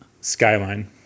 Skyline